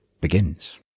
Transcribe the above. begins